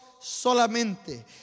solamente